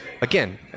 again